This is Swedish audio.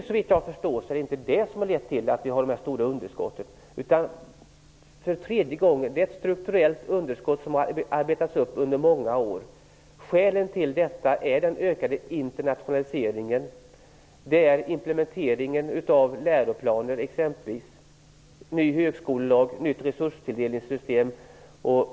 Såvitt jag förstår är det dock inte det projektet som har lett till de stora underskotten. Låt mig för tredje gången säga att det är fråga om ett strukturellt underskott, som har arbetats upp under många år. Skälen till det är bl.a. den ökande internationaliseringen, implementeringen av läroplaner, en ny högskolelag och ett nytt resurstilldelningssystem.